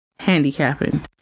handicapping